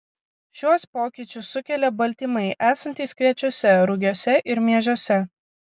šiuos pokyčius sukelia baltymai esantys kviečiuose rugiuose ir miežiuose